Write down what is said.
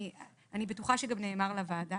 אני בטוחה שגם נאמר לוועדה